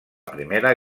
primera